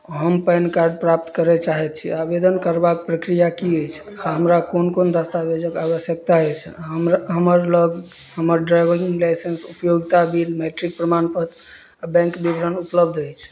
हम PAN card प्राप्त करय चाहैत छी आवेदन करबाक प्रक्रिया की अछि आओर हमरा कोन कोन दस्तावेजक आवश्यकता अछि हमरा हमर लग हमर ड्राइविंग लाइसेंस उपयोगिता बिल मैट्रिक प्रमाणपत्र आओर बैंक विवरण उपलब्ध अछि